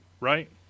right